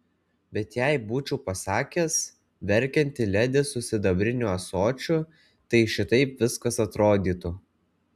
bet jei būčiau pasakęs verkianti ledi su sidabriniu ąsočiu tai šitaip viskas atrodytų